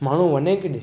माण्हू वञे किथे